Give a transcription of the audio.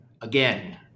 again